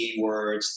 keywords